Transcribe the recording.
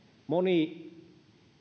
moni